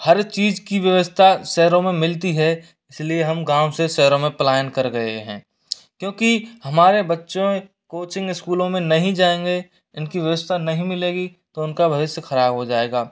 हर चीज़ की व्यवस्था शहरों में मिलती है इसीलिए हम गाँव से शहरों में प्लान कर गए हैं क्योंकि हमारे बच्चे कोचिंग स्कूलों में नहीं जाएँगे इनकी व्यवस्था नहीं मिलेगी तो उनका भविष्य ख़राब हो जाएगा